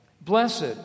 Blessed